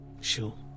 Sure